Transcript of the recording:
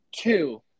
Two –